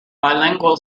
bilingual